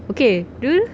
okay dool~